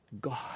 God